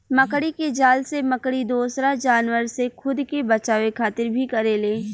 मकड़ी के जाल से मकड़ी दोसरा जानवर से खुद के बचावे खातिर भी करेले